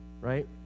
right